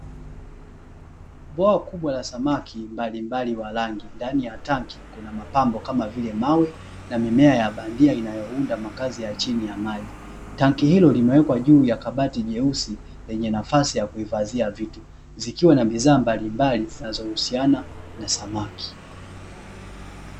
Bwawa kubwa la samaki mbalimbali wa rangi ndani ya tanki kuna mapambo kama vile mawe na mimea ya bandia inayounda makazi ya chini ya maji. Tanki hilo limewekwa juu ya kabati jeusi lenye nafasi ya kuhifadhia vitu zikiwa na bidhaa mbalimbali zinazohusiana na samaki.